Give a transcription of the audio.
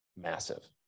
Massive